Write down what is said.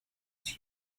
its